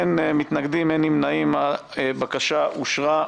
אין מתנגדים, אין נמנעים, הבקשה אושרה פה אחד.